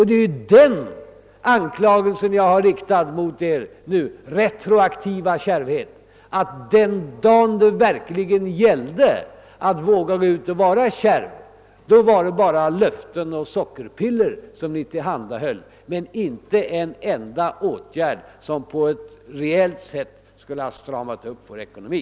Det är den anklagelsen jag har riktat mot er för er retroaktiva kärvhet, att den dag då det verkligen gällde att gå ut med ett program som innebar kärvhet var det bara löften och sockerpiller ni tillhandahöll, inte en enda åtgärd som reellt skulle ha stramat upp vår ekonomi.